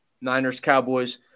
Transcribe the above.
Niners-Cowboys